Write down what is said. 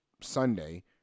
Sunday